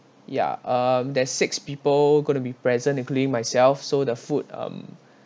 ya um there's six people going to be present including myself so the food um